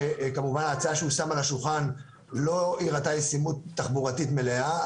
וכמובן ההצעה שהוא שם על השולחן לא הראתה ישימות תחבורתית מלאה.